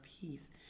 peace